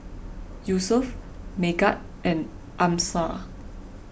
Yusuf Megat and Amsyar